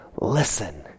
Listen